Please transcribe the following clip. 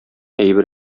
әйбер